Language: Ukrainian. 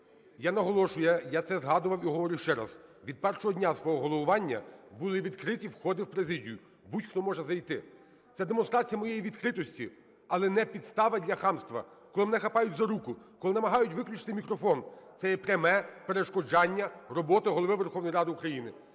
Я наголошую, я це згадував і говорю ще раз, від першого дня свого головування були відкриті входи в Президію, будь-хто може зайти. Це демонстрація моєї відкритості, але не підстава для хамства. Коли мене хапають за руку, коли вимагають виключити мікрофон – це є пряме перешкоджання роботі Голови Верховної Ради України.